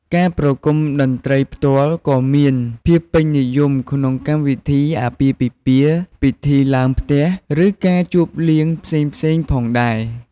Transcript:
ការប្រគំតន្ត្រីផ្ទាល់ក៏មានភាពពេញនិយមក្នុងកម្មវិធីអាពាហ៍ពិពាហ៍ ពិធីឡើងផ្ទះ ឬការជប់លៀងផ្សេងៗផងដែរ។